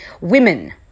Women